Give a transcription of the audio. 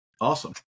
awesome